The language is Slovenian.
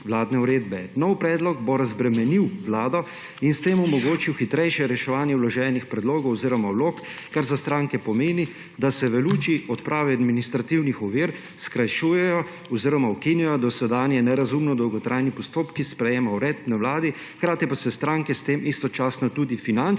vlado in s tem omogočil hitrejše reševanje vloženih predlogov oziroma vlog, kar za stranke pomeni, da se v luči odprave administrativnih ovir skrajšujejo oziroma ukinjano dosedanji nerazumno dolgotrajni postopki sprejemanja uredb na vladi, hkrati pa se stranke s tem istočasno tudi finančno